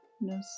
no